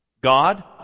God